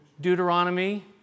Deuteronomy